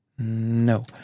No